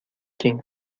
quien